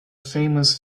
famous